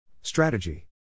Strategy